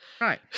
Right